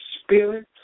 spirit